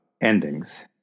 endings